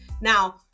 Now